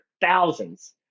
thousands